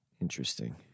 Interesting